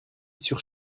sur